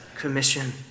Commission